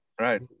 right